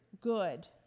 good